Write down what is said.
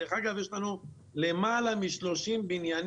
דרך אגב, יש לנו יותר מ-30 בניינים